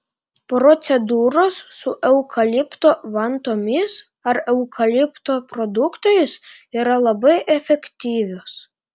procedūros su eukalipto vantomis ar eukalipto produktais yra labai efektyvios